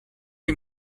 les